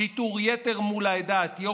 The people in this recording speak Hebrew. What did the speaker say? שיטור יתר מול העדה האתיופית,